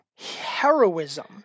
heroism